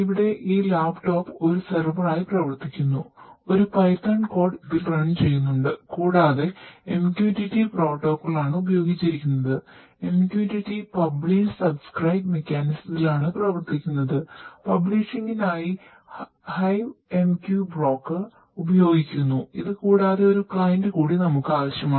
ഇവിടെ ഈ ലാപ്ടോപ്പ് കൂടി നമുക്ക് ആവശ്യമാണ്